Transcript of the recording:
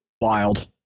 Wild